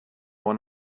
one